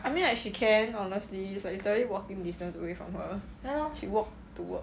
I mean like she can honestly it's like literally walking distance away from her she walk to work